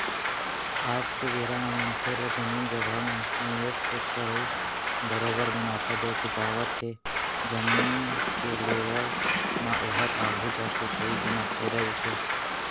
आज के बेरा म मनसे ला जमीन जघा म निवेस के करई बरोबर मुनाफा देके जावत हे जमीन के लेवब म ओहा आघु जाके कई गुना फायदा देथे